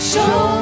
Show